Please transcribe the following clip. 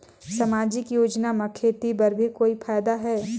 समाजिक योजना म खेती बर भी कोई फायदा है?